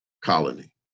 colony